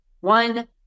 One